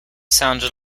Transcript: sounded